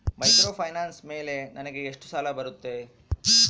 Microfinance ಮೇಲೆ ನನಗೆ ಎಷ್ಟು ಸಾಲ ಬರುತ್ತೆ?